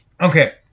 Okay